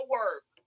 work